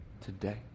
today